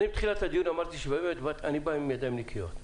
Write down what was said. מתחילת הדיון אמרתי שאני בא בידיים נקיות.